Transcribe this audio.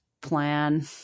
plan